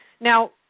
Now